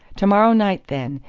to-morrow night, then,